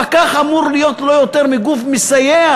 פקח אמור להיות לא יותר מגוף מסייע.